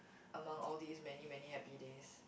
among all these many many happy days